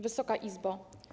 Wysoka Izbo!